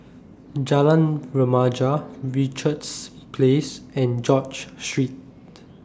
Jalan Remaja Richards Place and George Street